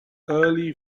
early